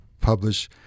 publish